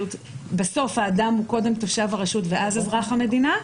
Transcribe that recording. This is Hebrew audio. בסוף האדם הוא קודם תושב הרשות ואז אזרח המדינה,